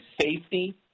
safety